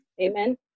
Amen